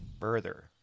further